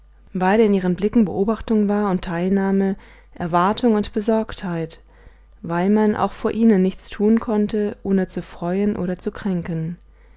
weil in ihren blicken beobachtung war und teilnahme erwartung und besorgtheit weil man auch vor ihnen nichts tun konnte ohne zu freuen oder zu kränken